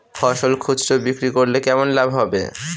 ফসল খুচরো বিক্রি করলে কেমন লাভ হবে?